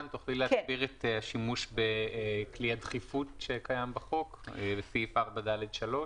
תוכלי להסביר את השימוש בכלי הדחיפות שקיים בחוק לסעיף 4(ד)(3)?